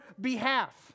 behalf